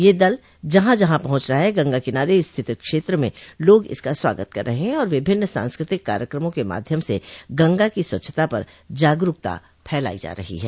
यह दल जहां जहां पहुंच रहा है गंगा किनारे स्थित क्षेत्र में लोग इसका स्वागत कर रहे हैं और विभिन्न सांस्कृतिक कार्यक्रमों के माध्यम से गंगा की स्वच्छता पर जागरूकता फैलाई जा रही है